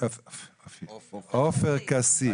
עופר כסיף.